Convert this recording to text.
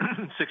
six